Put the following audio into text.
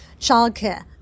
childcare